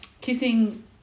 Kissing